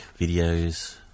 videos